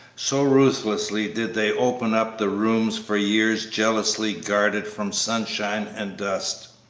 so ruthlessly did they open up the rooms for years jealously guarded from sunshine and dust,